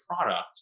product